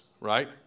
right